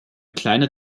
kleiner